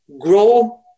grow